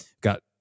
got